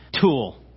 tool